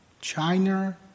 China